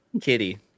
Kitty